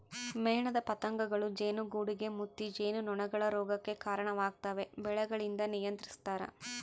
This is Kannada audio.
ಮೇಣದ ಪತಂಗಗಳೂ ಜೇನುಗೂಡುಗೆ ಮುತ್ತಿ ಜೇನುನೊಣಗಳ ರೋಗಕ್ಕೆ ಕರಣವಾಗ್ತವೆ ಬೆಳೆಗಳಿಂದ ನಿಯಂತ್ರಿಸ್ತರ